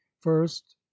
first